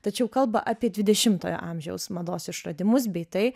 tačiau kalba apie dvidešimojo amžiaus mados išradimus bei tai